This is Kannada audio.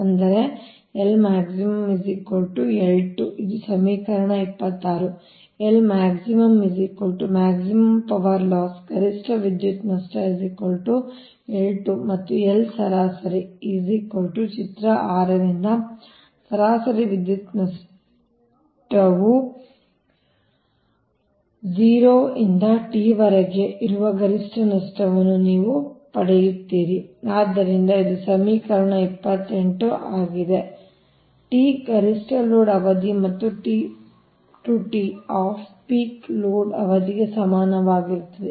ಅಂದರೆ Lmax L2 ಇದು ಸಮೀಕರಣ 26 L max maximum power loss ಗರಿಷ್ಠ ವಿದ್ಯುತ್ ನಷ್ಟ L 2 ಮತ್ತು L ಸರಾಸರಿ ಚಿತ್ರ 6 ರಿಂದ ಸರಾಸರಿ ವಿದ್ಯುತ್ ನಷ್ಟವು 0 ರಿಂದ t ವರೆಗೆ ಇರುವ ಗರಿಷ್ಠ ನಷ್ಟವನ್ನು ನೀವು ಪಡೆಯುತ್ತೀರಿ ಆದ್ದರಿಂದ ಇದು ಸಮೀಕರಣ 28 ಆಗಿದೆ Refer Time 1239 t ಗರಿಷ್ಠ ಲೋಡ್ ಅವಧಿ ಮತ್ತು T t off peak load ಅವಧಿಗೆ ಸಮಾನವಾಗಿರುತ್ತದೆ